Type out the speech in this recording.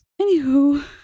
Anywho